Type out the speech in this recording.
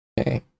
Okay